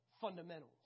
fundamentals